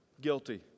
Guilty